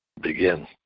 Begin